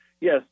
Yes